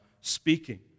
speaking